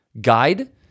Guide